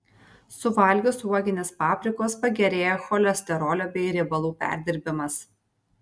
suvalgius uoginės paprikos pagerėja cholesterolio bei riebalų perdirbimas